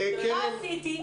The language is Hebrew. מה עשיתי?